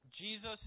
Jesus